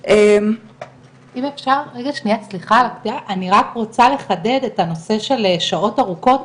אם אפשר אני רק רוצה לחדד את הנושא של שעות ארוכות,